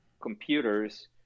computers